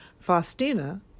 Faustina